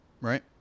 right